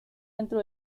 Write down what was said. dentro